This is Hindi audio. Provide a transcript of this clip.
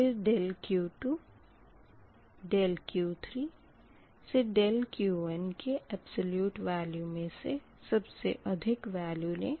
फिर ∆Q2 ∆Q3 up to ∆Qn के अबसोल्यूट मे से सबसे अधिक वेल्यू लें